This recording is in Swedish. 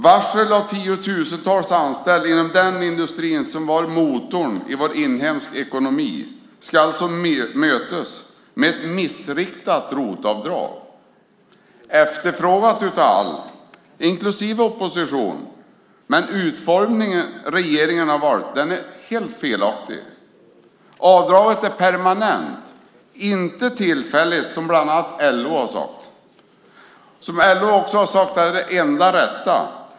Varslen av tiotusentals anställda inom den industri som var motorn i vår inhemska ekonomi ska alltså mötas med ett missriktat ROT-avdrag. Det är efterfrågat av alla, inklusive oppositionen, men den utformning som regeringen har valt är helt felaktig. Avdraget är permanent, inte tillfälligt som bland annat LO har sagt är det enda rätta.